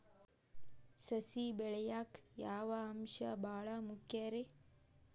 ಸಸಿ ಬೆಳೆಯಾಕ್ ಯಾವ ಅಂಶ ಭಾಳ ಮುಖ್ಯ ರೇ?